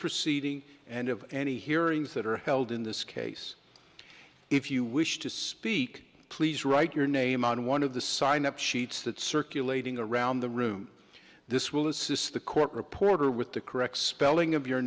proceeding and of any hearings that are held in this case if you wish to speak please write your name on one of the sign up sheets that circulating around the room this will assist the court reporter with the correct spelling of your